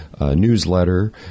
newsletter